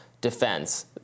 defense